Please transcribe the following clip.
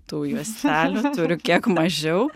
tų juostelių turi kiek mažiau